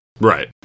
Right